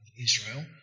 Israel